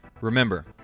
Remember